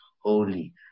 holy